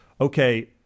Okay